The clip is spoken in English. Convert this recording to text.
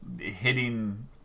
hitting